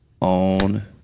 on